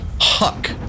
huck